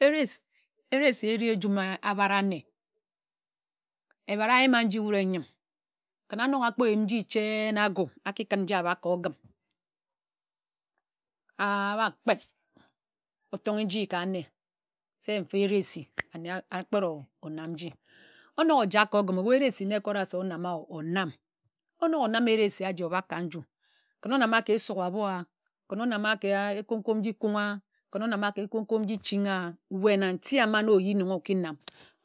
Eresi erese áreh njum ābare ane ebare áyima nji wud ényim ken anok áyim nji chen agȯ aki kún nji abak ka ōgim aba kpek ōtonghe chi ka nne se mfa eresi onok ojak ka ȯgim ébu eresi na ekora se onám o onám onok onám eresi aji obāk ka nju ken onáma ka esūk ábo a ken onáma ka e kón kón nji chin̄ a weh na nti āma na ōyenim na okinám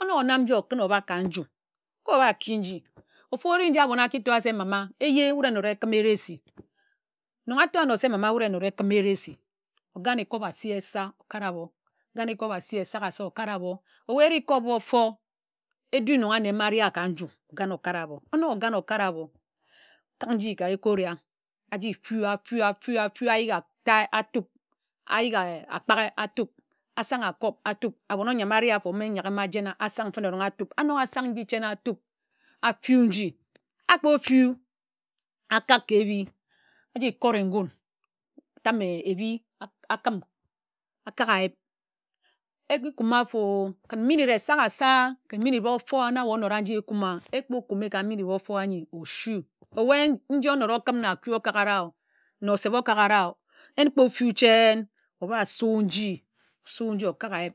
onōk onam nji okún obák ka nju okiba óba ki nji ofu óreh nji aboń aki toe se mama eje wud enóda ékim eresi nnon a to ano se mama wud enóda ekim eresi ogane cup asi esa okare abo ogāne cup asi esaghasa okare abo weh eri cup ófor edu nnon áne mba ari a ka nju okun okare ábo okak nji ka egȯri a aji fu a fu a fu a fu a fu ayighi atae atup ayighi ākpaghe atup asang akap abon ōnyam ari āfo ma eya ghim ajene asang fene erong anōk asang nji chen atup a fi nji akpō fi akāk ka ēbi aji kore ngún atame ebi akim akak ayip eki kumi afo o o o kpe minute esaghasa ken minute ōfor nna ye ōnod a nji akuma a ekpȯ ōkum ka minute ōfor ānyi oshu o wen nji ónod okim na aku okakara na oseb okakara en kpe féw chen óba su nji osu nji okak ayip oji kim.